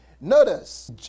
Notice